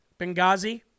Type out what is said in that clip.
Benghazi